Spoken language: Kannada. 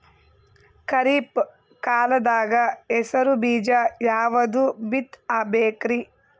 ಖರೀಪ್ ಕಾಲದಾಗ ಹೆಸರು ಬೀಜ ಯಾವದು ಬಿತ್ ಬೇಕರಿ?